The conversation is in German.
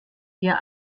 wir